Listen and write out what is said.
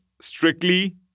strictly